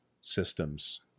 systems